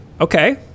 okay